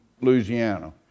Louisiana